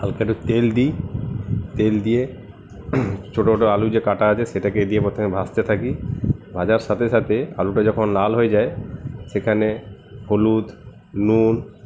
হালকা একটু তেল দিই তেল দিয়ে ছোটো ছোটো আলু যে কাটা আছে সেটাকে দিয়ে প্রথমে ভাজতে থাকি ভাজার সাথে সাথে আলুটা যখন লাল হয়ে যায় সেখানে হলুদ নুন